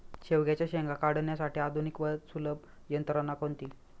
शेवग्याच्या शेंगा काढण्यासाठी आधुनिक व सुलभ यंत्रणा कोणती?